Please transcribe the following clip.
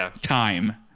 time